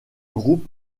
groupe